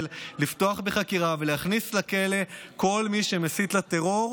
לפתוח בחקירה ולהכניס לכלא כל מי שמסית לטרור,